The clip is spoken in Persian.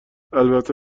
البته